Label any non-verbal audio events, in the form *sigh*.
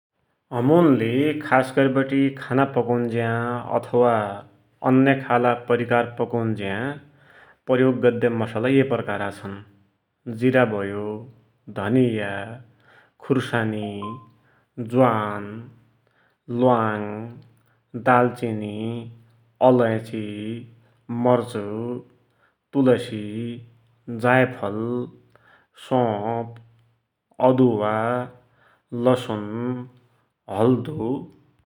हमुन्ले खासगरीबटे खाना पकुन्जया अथवा अन्य खालका परिकार पकुन्ज्या प्रयोग गद्या मसला येइ प्रकारका छन् । जीरा भयो, धनिया, खुर्सानी, *noise* ज्वान, ल्वाङ दालचिनी, अलैचि, मर्च, तुलसी, जाइफल, सौप, अदुवा, लसुन, हल्दो ।